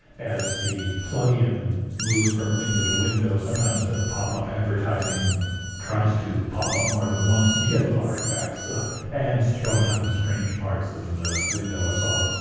as the plug-in moves from window to window sometimes the pop-up advertising tries to pop up more than once and you get little artefacts ads showing up in strange parts of the window and so on.